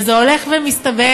וזה הולך ומסתבך,